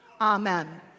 amen